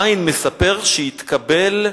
ע' מספר שהתקבל,